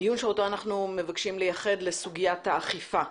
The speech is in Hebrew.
דיון שאותו אנחנו מבקשים לייחד לסוגיית האכיפה.